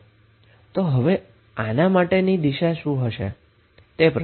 તો હવે આના માટેની દિશા શું હશે